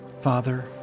father